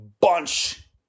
bunch